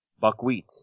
Buckwheat